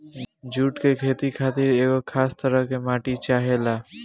जुट के खेती खातिर एगो खास तरह के माटी चाहेला